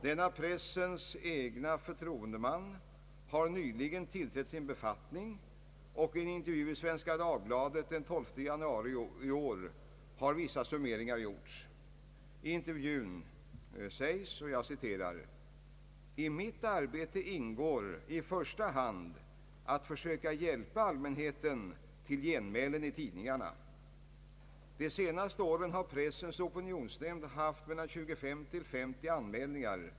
Denne pressens egen förtroendeman har nyligen tillträtt sin befattning, och i en intervju i Svenska Dagbladet den 12 januari i år har vissa summeringar gjorts. I intervjun sägs: ”I mitt arbete ingår i första hand att försöka hjälpa allmänheten till genmälen i tidningarna.” Vidare: ”De senaste åren har Pressens opinionsnämnd haft 25—50 anmälningar.